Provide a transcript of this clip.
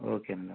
okay అండి okay